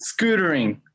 scootering